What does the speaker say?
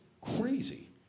crazy